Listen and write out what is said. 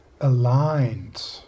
aligned